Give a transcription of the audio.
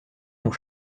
dont